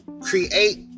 create